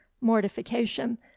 mortification